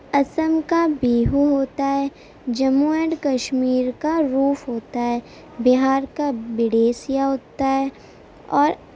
آسام کا بیہو ہوتا ہے جموں اینڈ کشمیر کا روف ہوتا ہے بِہار کا بڑیسیا ہوتا ہے اور